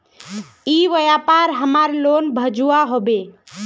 ई व्यापार हमार लोन भेजुआ हभे?